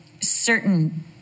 certain